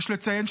יש לציין,